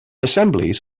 assemblies